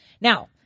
Now